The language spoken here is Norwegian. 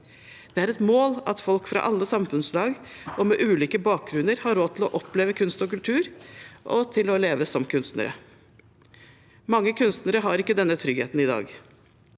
Det er et mål at folk fra alle samfunnslag og med ulik bakgrunn skal ha råd til å oppleve kunst og kultur og til å leve som kunstner. Mange kunstnere har ikke denne tryggheten i dag.